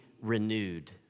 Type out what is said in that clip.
renewed